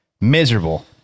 miserable